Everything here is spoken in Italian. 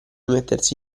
mettersi